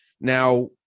Now